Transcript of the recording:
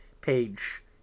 page